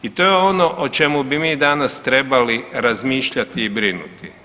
I to je ono o čemu bi mi danas trebali razmišljati i brinuti.